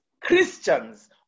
Christians